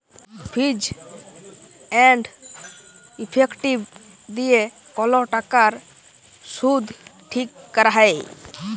fees and effective দিয়ে call টাকার শুধ ঠিক ক্যরা হ্যয়